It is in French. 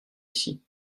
ici